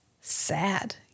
sad